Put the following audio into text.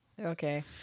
Okay